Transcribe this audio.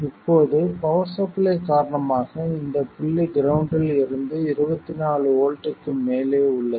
இப்போது power supply காரணமாக இந்த புள்ளி கிரவுண்ட்டில் இருந்து 24 வோல்ட்க்கு மேலே உள்ளது